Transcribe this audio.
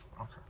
okay